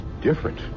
different